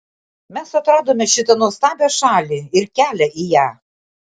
mes atradome šitą nuostabią šalį ir kelią į ją